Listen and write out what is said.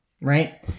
right